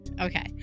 okay